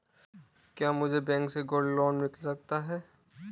क्या मुझे बैंक से गोल्ड लोंन मिल सकता है?